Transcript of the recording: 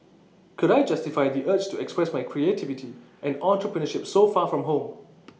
could I justify the urge to express my creativity and entrepreneurship so far from home